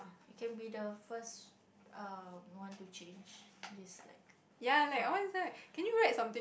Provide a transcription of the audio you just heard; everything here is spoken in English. can be the first um one to change this like plot